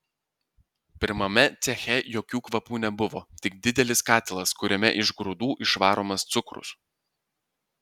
pirmame ceche jokių kvapų nebuvo tik didelis katilas kuriame iš grūdų išvaromas cukrus